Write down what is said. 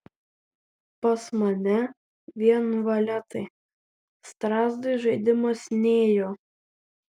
pas mane vien valetai strazdui žaidimas nėjo